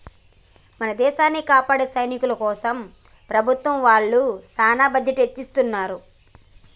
మన దేసాన్ని కాపాడే సైనికుల కోసం ప్రభుత్వం ఒళ్ళు సాన బడ్జెట్ ని ఎచ్చిత్తున్నారు